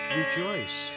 rejoice